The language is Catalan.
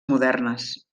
modernes